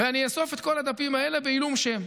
ואני אאסוף את כל הדפים האלה בעילום שם,